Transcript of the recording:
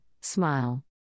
Smile